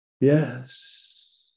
Yes